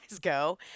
go